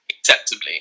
acceptably